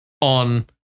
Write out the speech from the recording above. on